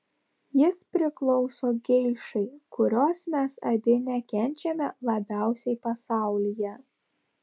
jis priklauso geišai kurios mes abi nekenčiame labiausiai pasaulyje